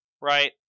right